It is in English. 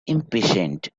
impatient